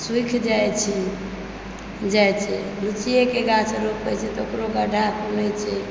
सूखि जाए छै जाए छै लिचियेके गाछ रोपए छै तेकरो गढ्ढा खुनए छै